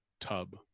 tub